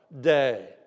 day